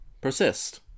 persist